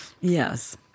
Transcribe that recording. Yes